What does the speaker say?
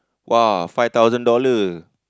[wah] five thousand dollar